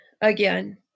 again